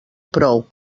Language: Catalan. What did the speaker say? prou